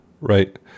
right